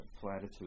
Platitude